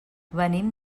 venim